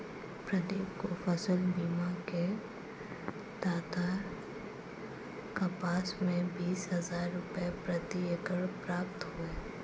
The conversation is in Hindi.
प्रदीप को फसल बीमा के तहत कपास में बीस हजार रुपये प्रति एकड़ प्राप्त हुए